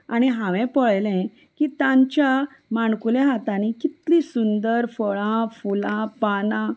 आनी हांवें पळयलें की तांच्या माणकुल्या हातांनी कितलीं सुंदर फळां फुलां पानां